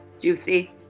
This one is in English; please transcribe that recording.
juicy